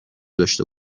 داشته